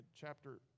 chapter